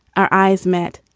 our eyes met.